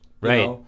Right